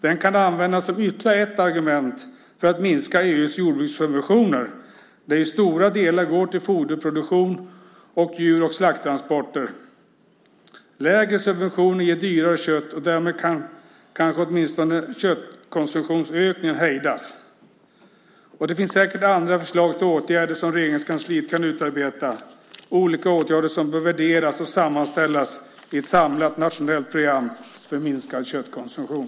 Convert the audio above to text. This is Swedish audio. Den kan användas som ytterligare ett argument för att minska EU:s jordbrukssubventioner, där stora delar går till foderproduktion och djur och slakttransporter. Lägre subventioner ger dyrare kött, och därmed kan kanske åtminstone köttkonsumtionsökningen hejdas. Det finns säkert andra förslag till åtgärder som Regeringskansliet kan utarbeta. Olika åtgärder bör värderas och sammanställas i ett samlat nationellt program för minskad köttkonsumtion.